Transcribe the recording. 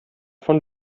von